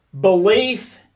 belief